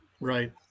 Right